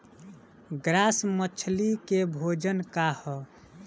Grass मछली के भोजन का ह?